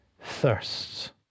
thirsts